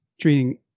treating